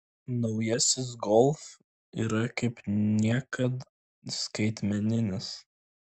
naujasis golf yra kaip niekad skaitmeninis